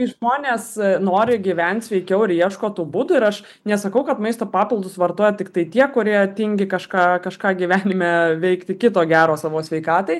žmonės nori gyvent sveikiau ir ieško tų būdų ir aš nesakau kad maisto papildus vartoja tiktai tie kurie tingi kažką kažką gyvenime veikti kito gero savo sveikatai